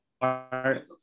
art